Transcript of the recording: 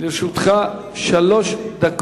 חבר הכנסת נחמן שי,